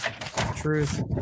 Truth